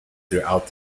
throughout